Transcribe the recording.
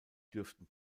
dürften